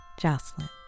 Jocelyn